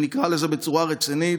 אם נקרא לזה בצורה רצינית,